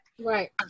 Right